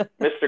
Mr